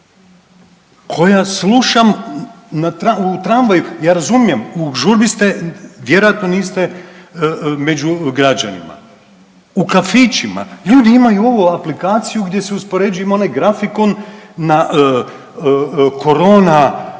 koja slušam u tramvaju, ja razumijem u žurbi ste, vjerojatno niste među građanima, u kafićima, ljudi imaju ovu aplikaciju gdje si uspoređuju ima onaj grafikon na korona